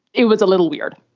it was a little weird.